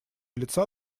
лица